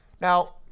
Now